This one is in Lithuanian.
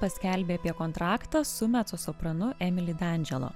paskelbė apie kontraktą su mecosopranu emili dandželo